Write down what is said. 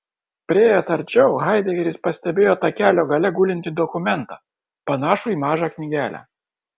priėjęs arčiau haidegeris pastebėjo takelio gale gulintį dokumentą panašų į mažą knygelę